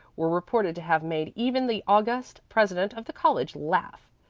were reported to have made even the august president of the college laugh.